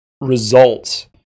results